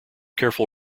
careful